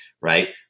right